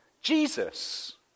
Jesus